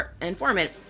informant